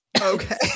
Okay